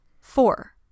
Four